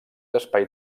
espai